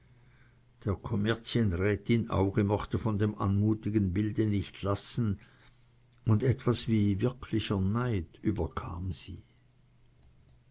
der kommerzienrätin auge mochte von dem anmutigen bilde nicht lassen und etwas wie wirklicher neid überkam sie